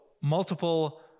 multiple